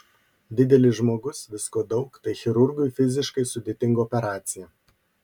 didelis žmogus visko daug tai chirurgui fiziškai sudėtinga operacija